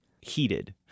heated